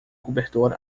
cobertor